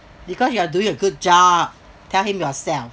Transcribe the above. because you are doing a good job tell him yourself